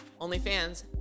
OnlyFans